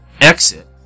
Exit